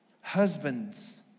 Husbands